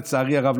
לצערי הרב,